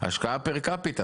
השקעה "פר קפיטה".